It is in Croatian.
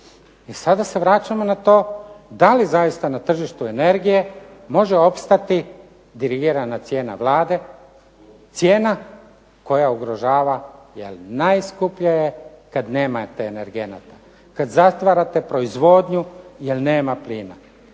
I sada se vraćamo na to da li zaista na tržištu energije može opstati dirigirana cijena Vlade, cijena koja ugrožava jer najskuplje je kad nemate energenata, kad zatvarate proizvodnju jer nema plina.